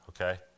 okay